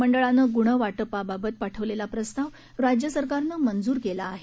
मंडळानं गुणवाटपाबाबत पाठवलेला प्रस्ताव राज्य सरकारनं मंजूर केला आहे